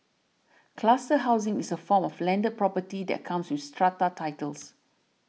cluster housing is a form of landed property that comes with strata titles